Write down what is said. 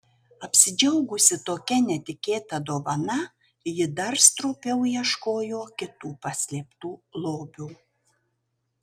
apsidžiaugusi tokia netikėta dovana ji dar stropiau ieškojo kitų paslėptų lobių